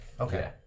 Okay